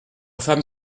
femme